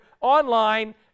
online